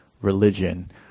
religion